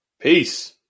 Peace